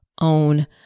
own